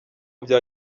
bya